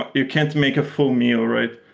ah you can't make a full meal, right?